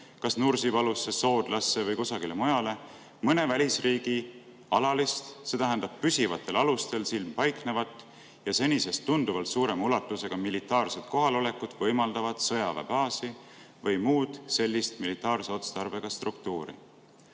kas Nursipalusse, Soodlasse või kusagile mujale mõne välisriigi alalist, see tähendab püsivatel alustel siin paiknevat ja senisest tunduvalt suurema ulatusega militaarset kohalolekut võimaldavat sõjaväebaasi või muud sellist militaarse otstarbega struktuuri?